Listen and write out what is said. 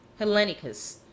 Hellenicus